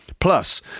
Plus